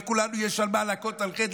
לכולנו יש מה להכות על חטא.